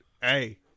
Hey